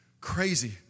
crazy